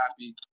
happy